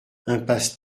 impasse